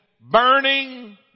burning